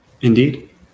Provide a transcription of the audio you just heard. Indeed